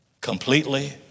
completely